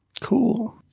Cool